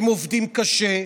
הם עובדים קשה,